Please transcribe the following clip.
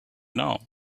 now